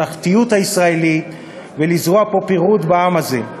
בממלכתיות הישראלית ולזרוע פה פירוד, בעם הזה.